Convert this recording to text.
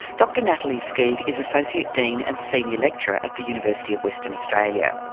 dr natalie skead is associate dean and senior lecturer at the university of western australia.